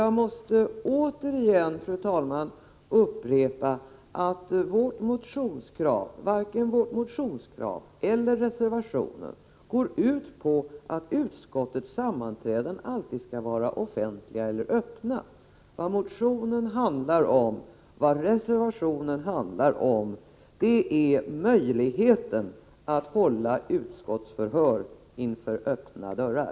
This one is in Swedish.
Jag måste återigen, fru talman, upprepa att varken vårt motionskrav eller reservationen går ut på att utskottens sammanträden alltid skall vara offentliga eller öppna. Vad motionen handlar om och vad reservationen handlar om är möjligheten att hålla utskottsförhör inför öppna dörrar.